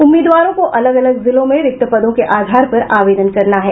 उम्मीदवारों को अलग अलग जिलों में रिक्त पदों के आधार पर आवेदन करना है